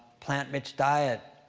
plant-rich diet.